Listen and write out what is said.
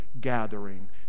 gathering